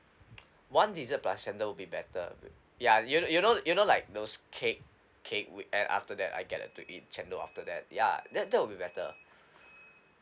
one dessert plus chendol will be better yeah you know you know you know like those cake cake we ate after that I get uh to eat chendol after that ya that that will be better